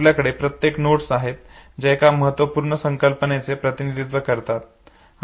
आपल्याकडे प्रत्येक नोड्स आहेत ज्या एका महत्त्वपूर्ण संकल्पनेचे प्रतिनिधित्व करतात